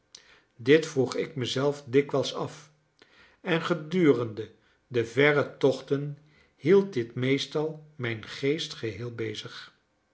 dit vroeg ik mezelf dikwijls af en gedurende de verre tochten hield dit meestal mijn geest geheel bezig